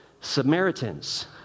Samaritans